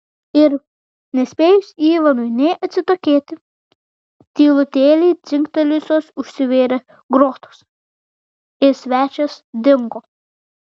ir nespėjus ivanui nė atsitokėti tylutėliai dzingtelėjusios užsivėrė grotos ir svečias dingo